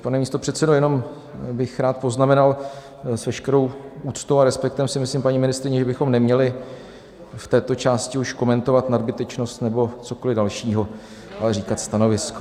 Pane místopředsedo, jenom bych rád poznamenal, s veškerou úctou a respektem si myslím, paní ministryně, že bychom neměli v této části už komentovat nadbytečnost nebo cokoliv dalšího, ale říkat stanovisko.